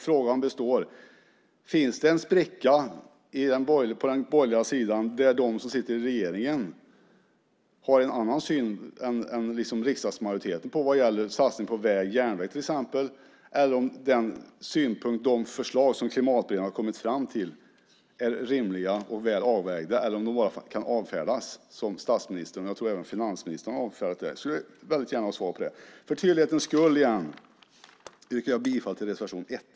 Frågan består: Finns det en spricka på den borgerliga sidan, där de som sitter i regeringen har en annan syn än riksdagsmajoriteten vad gäller satsningarna på till exempel väg och järnväg eller om de synpunkter och förslag som Klimatberedningen har kommit fram till är rimliga och väl avvägda eller bara kan avfärdas? Statsministern och, tror jag, även finansministern har avfärdat dem. Jag skulle väldigt gärna vilja ha svar på det. För tydlighetens skull yrkar jag återigen bifall till reservation 1.